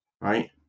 right